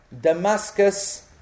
Damascus